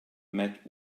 met